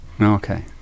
Okay